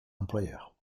employeurs